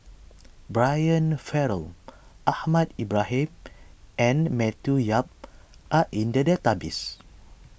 Brian Farrell Ahmad Ibrahim and Matthew Yap are in the database